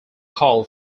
call